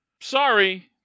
Sorry